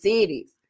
Cities